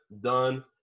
done